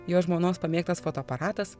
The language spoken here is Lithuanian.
jo žmonos pamėgtas fotoaparatas